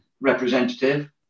representative